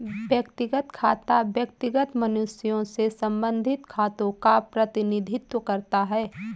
व्यक्तिगत खाता व्यक्तिगत मनुष्यों से संबंधित खातों का प्रतिनिधित्व करता है